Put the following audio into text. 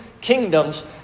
kingdoms